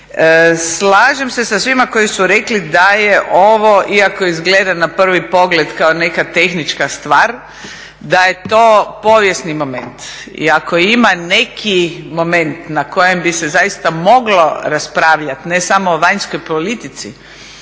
Slažem se sa svima koji su rekli da je ovo iako izgleda na prvi pogled kao neka tehnička stvar, da je to povijesni moment. I ako ima neki moment na kojem bi se zaista moglo raspravljati ne samo o vanjskoj politici